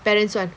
parents' [one]